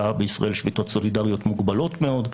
ובישראל יש שביתות סולידריות מוגבלות מאוד.